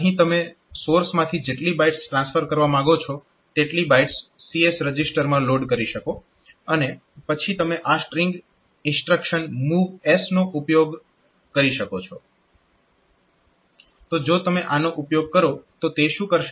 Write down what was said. અહીં તમે સોર્સમાંથી જેટલી બાઇટ્સ ટ્રાન્સફર કરવા માંગો છો તેટલી બાઇટ્સ CS રજીસ્ટરમાં લોડ કરી શકો અને પછી તમે આ સ્ટ્રીંગ ઇન્સ્ટ્રક્શન MOVS નો ઉપયોગ કરી શકો છો તો જો તમે આનો ઉપયોગ કરો તો તે શું કરશે